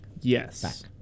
Yes